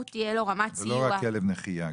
זה לא רק כלב נחייה,